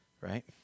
right